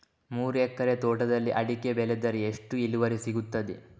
ಮೂರು ಎಕರೆ ತೋಟದಲ್ಲಿ ಅಡಿಕೆ ಬೆಳೆದರೆ ಎಷ್ಟು ಇಳುವರಿ ಸಿಗುತ್ತದೆ?